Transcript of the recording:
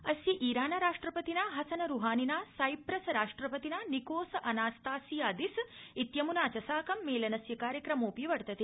अस्य ईरान राष्ट्रपतिना हसन रूहानिना साइप्रस राष्ट्रपतिना निकोस अनास्तासियादिस इत्यमुना च साकं मेलनस्य कार्यक्रमोऽपि वर्तते